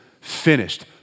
finished